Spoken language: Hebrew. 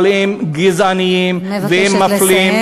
אבל הם גזעניים והם מפלים.